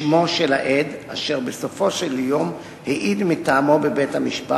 את שמו של העד אשר בסופו של דבר העיד מטעמו בבית-המשפט,